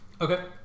Okay